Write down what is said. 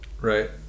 right